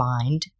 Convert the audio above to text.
Mind